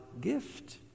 gift